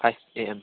five A M